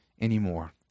anymore